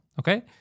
Okay